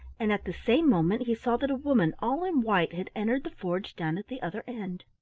and at the same moment he saw that a woman all in white had entered the forge down at the other end.